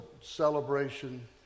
celebration